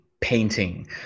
painting